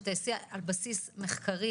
שתיעשה על בסיס מחקרי,